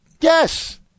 Yes